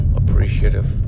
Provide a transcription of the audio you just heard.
appreciative